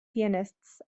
pianists